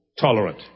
Tolerant